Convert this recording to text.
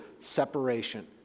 separation